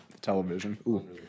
television